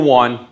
one